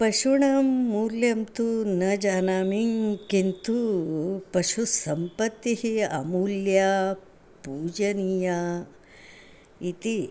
पशूनां मूल्यं तु न जानामि किन्तु पशुसम्पत्तिः अमूल्या पूजनीया इति